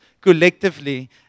collectively